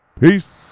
Peace